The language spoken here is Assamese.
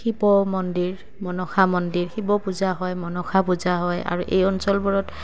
শিৱ মন্দিৰ মনসা মন্দিৰ শিৱ পূজা হয় মনসা পূজা হয় আৰু এই অঞ্চলবোৰত